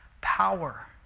power